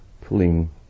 pulling